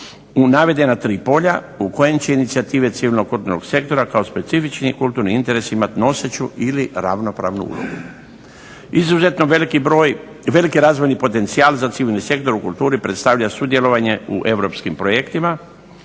u navedena tri polja u kojem će inicijative civilnog kulturnog sektora kao specifični kulturni interes imati noseću ili ravnopravnu ulogu. Izuzetno veliki broj, veliki razvojni potencijal za civilni sektor u kulturi predstavlja sudjelovanje u europskim projektima,